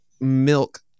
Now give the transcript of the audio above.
milk